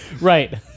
Right